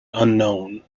unknown